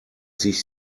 sich